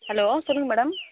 hello சொல்லுங்கள் madam